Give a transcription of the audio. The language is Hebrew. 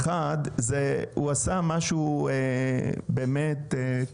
הוא עשה משהו תקדימי,